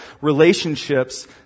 relationships